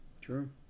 True